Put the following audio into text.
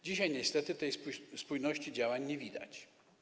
Dzisiaj, niestety, tej spójności działań nie widać.